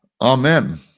Amen